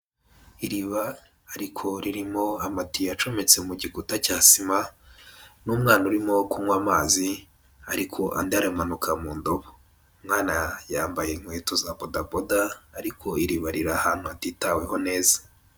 Iriba ariko ririmo amati yacometswe mu gikuta cya sima, n'umwana urimo kunywa amazi ariko andi aramanuka mu ndobo, umwana yambaye inkweto za bodaboda ariko iriba rira ahantu hatitaweho neza.